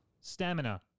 Stamina